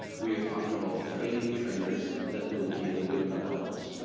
we are talking about training trainers that will deal with adults.